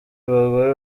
bagore